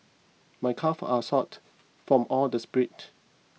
my calves are sort from all the sprint